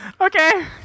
Okay